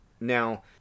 now